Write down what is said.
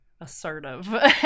assertive